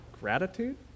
gratitude